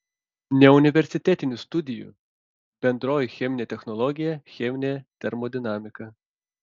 neuniversitetinių studijų bendroji cheminė technologija cheminė termodinamika